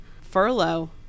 furlough